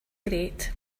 great